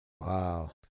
Wow